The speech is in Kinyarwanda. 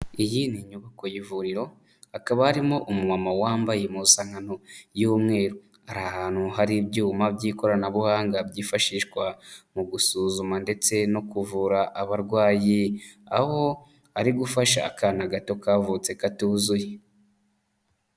Iyi ni inyubako y'ivuriro, hakaba harimo umuma wambaye impuzankano y'umweru, ari ahantu hari ibyuma by'ikoranabuhanga byifashishwa mu gusuzuma ndetse no kuvura abarwayi, aho ari gufasha akana gato kavutse katuzuye.